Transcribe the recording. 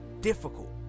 difficult